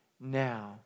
Now